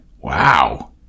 Wow